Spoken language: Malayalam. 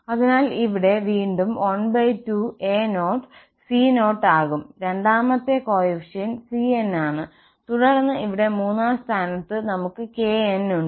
അതിനാൽ ഇവിടെ വീണ്ടും 12 a0 c0 ആകും രണ്ടാമത്തെ ഗുണകം cn ആണ് തുടർന്ന് ഇവിടെ മൂന്നാം സ്ഥാനത്ത് നമുക്ക് kn ഉണ്ട്